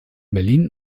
berlin